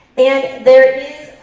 and there is